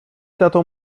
tato